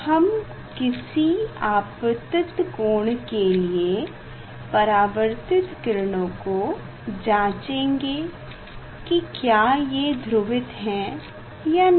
हम किसी आपतन कोण के लिए परावर्तित किरणों को जांचेगे कि क्या ये ध्रुवित हैं या नहीं